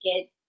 get